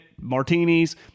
Martinis